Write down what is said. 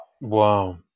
Wow